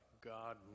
God